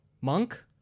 Monk